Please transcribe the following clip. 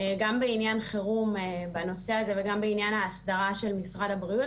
גם בעניין חירום בנושא הזה וגם בעניין ההסדרה של משרד הבריאות,